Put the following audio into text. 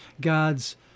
God's